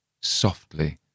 softly